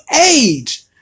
age